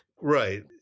Right